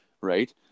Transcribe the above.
right